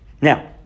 Now